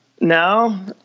now